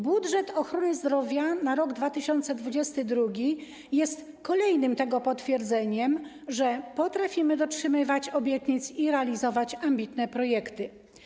Budżet ochrony zdrowia na rok 2022 jest kolejnym potwierdzeniem tego, że potrafimy dotrzymywać obietnic i realizować ambitne projekty.